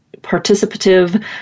participative